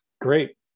Great